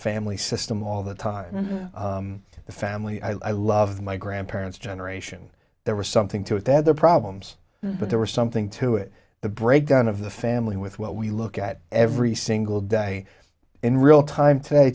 family system all the time the family i love my grandparents generation there was something to it they had their problems but there was something to it the breakdown of the family with what we look at every single day in real time today